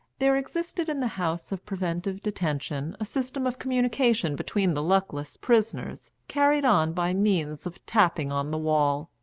there existed in the house of preventive detention a system of communication between the luckless prisoners carried on by means of tapping on the wall.